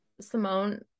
simone